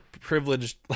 privileged